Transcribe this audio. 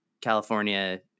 california